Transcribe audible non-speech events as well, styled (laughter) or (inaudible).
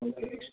(unintelligible)